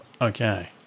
Okay